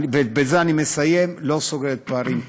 כבוד היושב-ראש, ובזה אני מסיים, לא סוגרת פערים.